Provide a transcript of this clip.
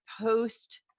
post